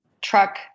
truck